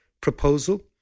proposal